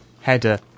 header